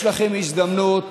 יש לכם הזדמנות